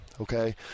Okay